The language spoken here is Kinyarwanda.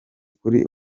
kuri